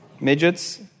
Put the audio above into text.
Midgets